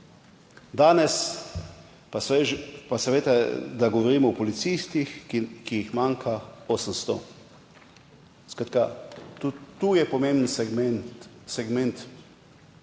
Danes pa veste, da govorimo o policistih, ki jih manjka 800. Skratka, to je pomemben segment